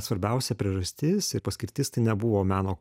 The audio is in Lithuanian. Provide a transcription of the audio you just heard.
svarbiausia priežastis ir paskirtis tai nebuvo meno